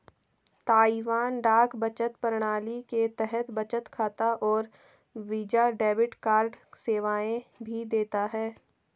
Taiwan डाक बचत प्रणाली के तहत बचत खाता और वीजा डेबिट कार्ड सेवाएं भी देता है